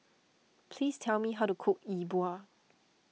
please tell me how to cook Yi Bua